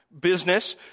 business